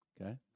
okay